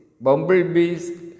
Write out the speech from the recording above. bumblebees